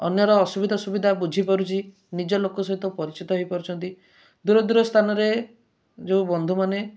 ଅନ୍ୟର ଅସୁବିଧା ସୁବିଧା ବୁଝି ପାରୁଛି ନିଜ ଲୋକ ସହିତ ପରିଚିତ ହୋଇପାରୁଛନ୍ତି ଦୂର ଦୂର ସ୍ଥାନରେ ଯେଉଁ ବନ୍ଧୁମାନେ